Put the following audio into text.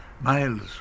Miles